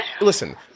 listen